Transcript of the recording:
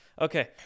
Okay